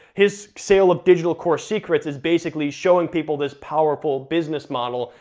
his sale of digital course secrets is basically showing people this powerful business model,